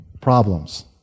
problems